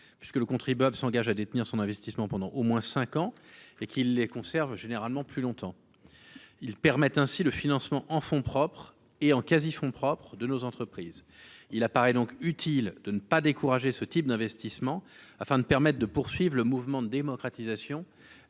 puisque le contribuable s’engage à détenir ses parts pendant au moins cinq ans. Il les conserve d’ailleurs généralement plus longtemps. Ces fonds permettent ainsi le financement en fonds propre et quasi fonds propres de nos entreprises. Il est donc utile de ne pas décourager ce type d’investissement, afin de permettre de poursuivre le mouvement de démocratisation